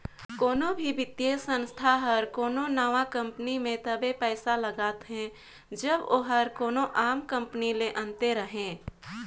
कोनो भी बित्तीय संस्था हर कोनो नावा कंपनी में तबे पइसा लगाथे जब ओहर कोनो आम कंपनी ले अन्ते रहें